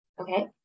okay